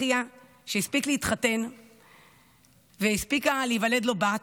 שהספיק להתחתן והספיקה להיוולד לו בת,